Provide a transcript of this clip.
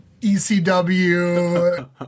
ECW